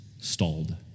stalled